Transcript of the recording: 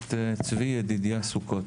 הכנסת צבי ידידיה סוכות.